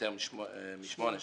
משמונה שנים,